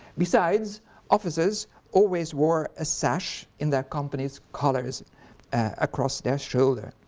besides officers always wore a sash in their companies colours across their shoulder.